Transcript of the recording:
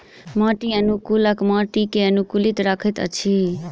माटि अनुकूलक माटि के अनुकूलित रखैत अछि